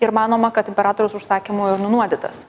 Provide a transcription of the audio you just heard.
ir manoma kad imperatoriaus užsakymu ir nunuodytas